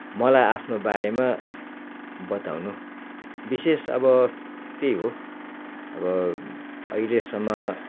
मलाई आफ्नो बारेमा बताउनु विशेष अब त्यही हो अब अहिलेसम्म